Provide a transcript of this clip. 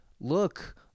look